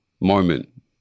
moment